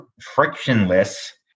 frictionless